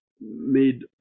made